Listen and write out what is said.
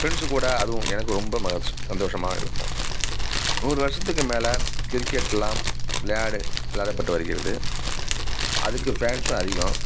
friends கூட அதுவும் எனக்கு ரொம்ப மனது சந்தோஷமாக இருக்கும் நூறு வருடத்துக்கு மேல் கிரிக்கெட்லாம் விளையாடு விளையாடப்பட்டு வருகிறது அதுக்கு ஃபேன்ஸும் அதிகம்